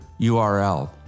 URL